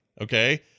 okay